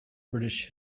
british